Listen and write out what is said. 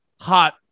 hot